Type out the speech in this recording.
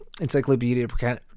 Encyclopedia